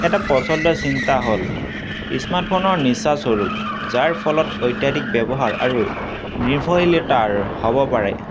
এটা প্ৰচণ্ড চিন্তা হ'ল স্মাৰ্টফোনৰ নিচাস্বৰূপ যাৰ ফলত অত্যাধিক ব্যৱহাৰ আৰু নিৰ্ভইলতাৰ হ'ব পাৰে